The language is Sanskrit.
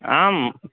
आम्